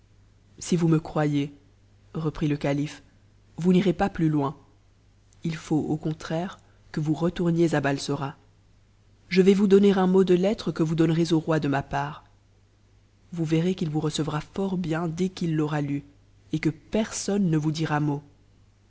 si vous c croyez reprit le calife vous n'irez pas plus loin il faut au contraire t c vous retourniez à balsora je vais vous donner un mot de lettre que us donnerez au roi de ma par t vous verrez qu'il vous recevra fort bien d qu'it l'aura tue et que personne ne vous dira mot